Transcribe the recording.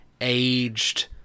aged